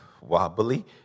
wobbly